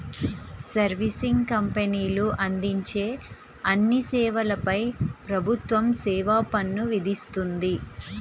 servicing కంపెనీలు అందించే అన్ని సేవలపై ప్రభుత్వం సేవా పన్ను విధిస్తుంది